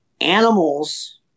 animals